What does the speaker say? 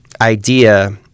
idea